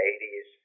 80s